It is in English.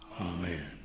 Amen